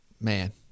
man